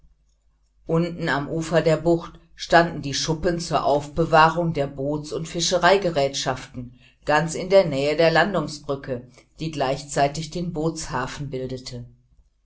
unten am ufer der bucht standen die schuppen zur aufbewahrung der boots und fischereigerätschaften ganz in der nähe der landungsbrücke die gleichzeitig den bootshafen bildete